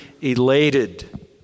elated